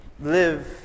live